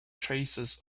traces